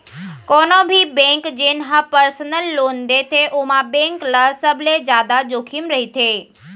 कोनो भी बेंक जेन ह परसनल लोन देथे ओमा बेंक ल सबले जादा जोखिम रहिथे